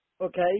okay